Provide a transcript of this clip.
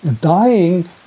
dying